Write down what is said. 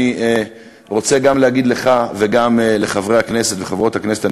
אני רוצה להגיד גם לך וגם לחברי הכנסת וחברות הכנסת הנכבדים: